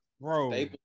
bro